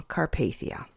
Carpathia